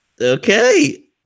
Okay